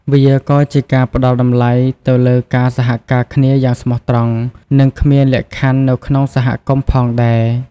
វាក៏ជាការផ្តល់តម្លៃទៅលើការសហការគ្នាយ៉ាងស្មោះត្រង់និងគ្មានលក្ខខណ្ឌនៅក្នុងសហគមន៍ផងដែរ។